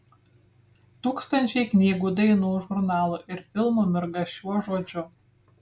tūkstančiai knygų dainų žurnalų ir filmų mirga šiuo žodžiu